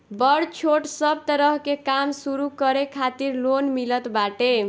बड़ छोट सब तरह के काम शुरू करे खातिर लोन मिलत बाटे